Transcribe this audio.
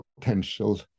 potential